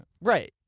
Right